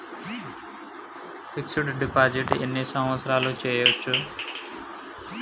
Fix డ్ deposit ఎన్ని సంవత్సరాలు చేయచ్చు?